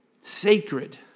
Sacred